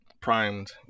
primed